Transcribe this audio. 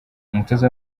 umutoza